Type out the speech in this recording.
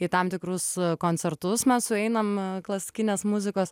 į tam tikrus koncertus mes sueinam klasikinės muzikos